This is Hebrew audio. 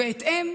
בהתאם,